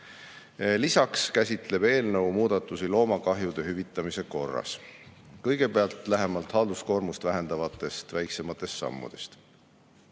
Lisaks käsitleb eelnõu muudatusi loomakahjude hüvitamise korras. Kõigepealt lähemalt halduskoormust vähendavatest väiksematest sammudest.